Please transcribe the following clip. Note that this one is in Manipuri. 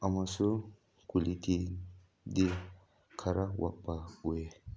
ꯑꯃꯁꯨꯡ ꯀ꯭ꯋꯥꯂꯤꯇꯤꯗꯤ ꯈꯔ ꯋꯥꯠꯄ ꯑꯣꯏꯌꯦ